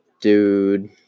dude